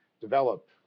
develop